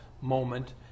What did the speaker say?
moment